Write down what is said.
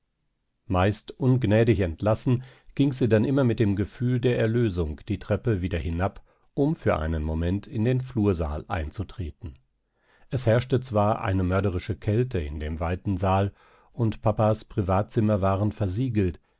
meist ungnädig entlassen ging sie dann immer mit dem gefühl der erlösung die treppe wieder hinab um für einen moment in den flursaal einzutreten es herrschte zwar eine mörderische kälte in dem weiten saal und papas privatzimmer waren versiegelt